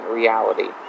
reality